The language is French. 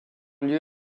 lieu